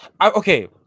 okay